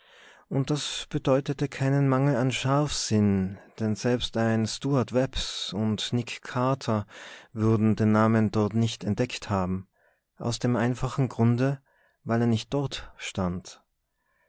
und das bedeutete keinen mangel an scharfsinn denn selbst ein stuart webbs und nick carter würden den namen dort nicht entdeckt haben aus dem einfachen grunde weil er nicht dort stand